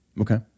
Okay